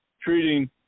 Treating